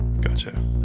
Gotcha